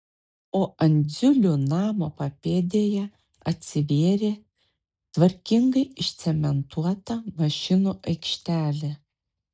o andziulių namo papėdėje atsivėrė tvarkingai išcementuota mašinų aikštelė